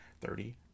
thirty